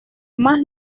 más